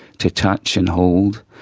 to touch and hold,